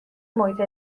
محیط